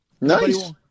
Nice